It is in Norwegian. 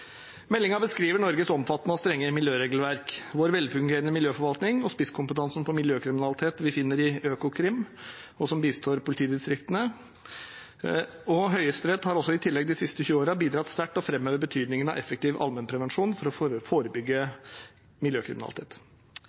beskriver Norges omfattende og strenge miljøregelverk, vår velfungerende miljøforvaltning og spisskompetansen på miljøkriminalitet vi finner i Økokrim, som bistår politidistriktene. Høyesterett har i tillegg de siste 20 årene bidratt sterkt til å framheve betydningen av effektiv allmennprevensjon for å forebygge miljøkriminalitet.